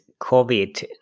COVID